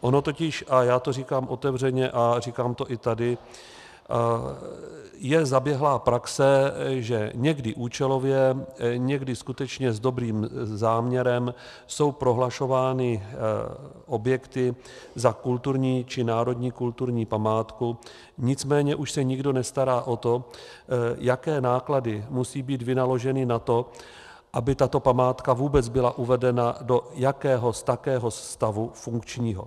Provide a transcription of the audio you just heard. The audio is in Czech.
Ono totiž, a já to říkám otevřeně a říkám to i tady, je zaběhlá praxe, že někdy účelově, někdy skutečně s dobrým záměrem jsou prohlašovány objekty za kulturní či národní kulturní památku, nicméně už se nikdo nestará o to, jaké náklady musí být vynaloženy na to, aby tato památka vůbec byla uvedena do jakéhos takéhos funkčního stavu.